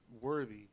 worthy